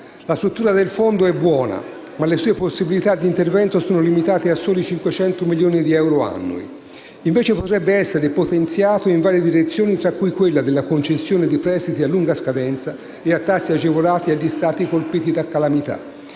La struttura del Fondo è buona, ma le sue possibilità di intervento sono limitate a soli 500 milioni di euro annui. Esso potrebbe essere potenziato in varie direzioni, tra cui quella della concessione di prestiti a lunga scadenza e a tassi agevolati agli Stati colpiti da calamità.